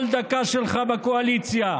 כל דקה שלך בקואליציה,